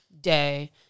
day